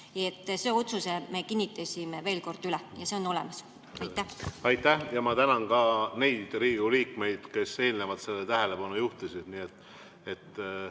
Selle otsuse me kinnitasime veel kord üle ja see on olemas. Aitäh!